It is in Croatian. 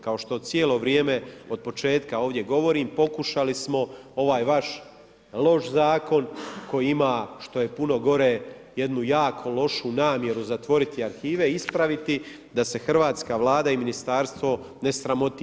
Kao što cijelo vrijeme od početka ovdje govorim, pokušali smo ovaj vaš loš zakon koji ima, što je puno gore, jednu jako lošu namjeru zatvoriti arhive, ispraviti da se Hrvatska Vlada i ministarstvo ne sramoti.